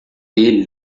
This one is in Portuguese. ele